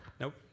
Nope